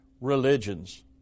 religions